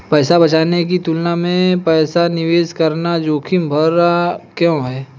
पैसा बचाने की तुलना में पैसा निवेश करना जोखिम भरा क्यों है?